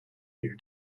year